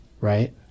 right